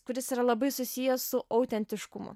kuris yra labai susijęs su autentiškumu